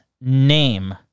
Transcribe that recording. name